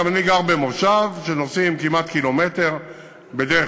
גם אני גר במושב שנוסעים כמעט קילומטר בדרך